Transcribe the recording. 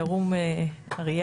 ירום אריאב,